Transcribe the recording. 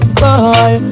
boy